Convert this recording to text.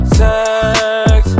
sex